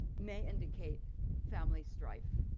may indicate family strife.